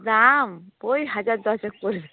দাম ওই হাজার দশেক পড়বে